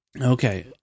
Okay